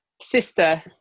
sister